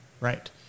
right